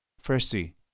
Firstly